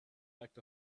act